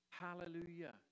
Hallelujah